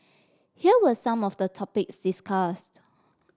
here were some of the topics discussed